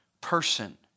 person